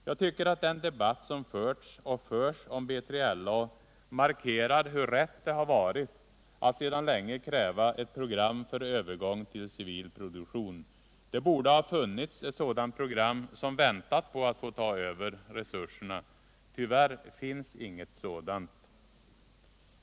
Jag tycker att den debatt som förts och förs om B3LA markerar hur rätt det varit att sedan länge kräva ett program för övergång till civil produktion. Det borde ha funnits ett sådant program som väntat på att få ta över resurserna. Tyvärr finns inget sådant.